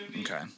Okay